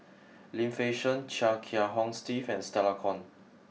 Lim Fei Shen Chia Kiah Hong Steve and Stella Kon